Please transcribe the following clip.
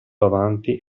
avanti